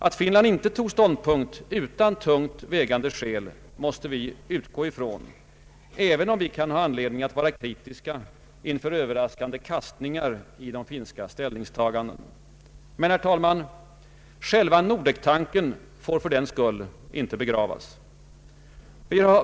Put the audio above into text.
Att Finland inte tog ståndpunkt utan tungt vägande skäl måste vi utgå ifrån, även om vi kan ha anledning att vara kritiska inför överraskande kastningar i de finska ställningstagandena. Men, herr talman, själva Nordek-tanken får fördenskull inte begravas.